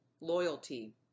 loyalty